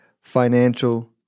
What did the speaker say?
financial